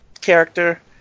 character